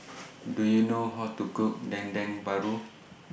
Do YOU know How to Cook Dendeng Paru